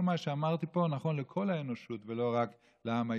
כל מה שאמרתי פה נכון לכל האנושות ולא רק לעם היהודי.